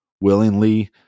willingly